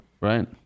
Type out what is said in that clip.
right